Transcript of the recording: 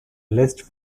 list